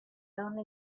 only